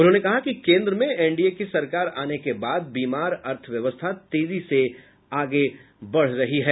उन्होंने कहा कि केन्द्र में एनडीए की सरकार आने के बाद बीमार अर्थव्यवस्था तेजी से आगे बढ़ रही है